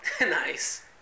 Nice